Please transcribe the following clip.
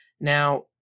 Now